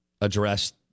address